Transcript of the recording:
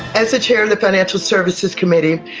as the chair of the financial services committee,